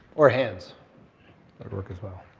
or hands. that'll work as well.